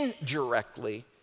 indirectly